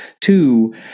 Two